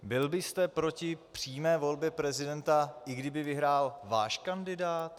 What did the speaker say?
Byl byste proti přímé volbě prezidenta, i kdyby vyhrál váš kandidát?